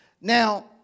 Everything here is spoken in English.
Now